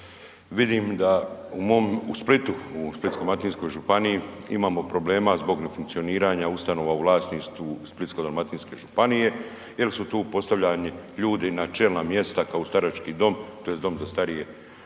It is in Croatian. u mom, u Splitu, u Splitsko-dalmatinskoj županiji imamo problema zbog nefunkcioniranja ustanova u vlasništvu Splitsko-dalmatinske županije jel su tu postavljani ljudi na čelna mjesta kao u starački dom tj. dom za starije i,